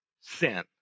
sin